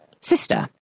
sister